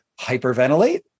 hyperventilate